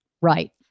right